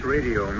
Radio